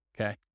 Okay